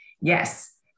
yes